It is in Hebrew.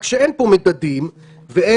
רק שאין פה מדדים ואין,